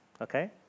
Okay